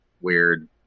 weird